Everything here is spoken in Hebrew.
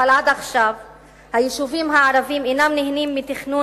עד עכשיו היישובים הערביים אינם נהנים מתכנון